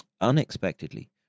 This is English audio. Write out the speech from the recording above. Unexpectedly